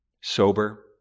Sober